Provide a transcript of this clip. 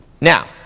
now